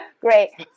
Great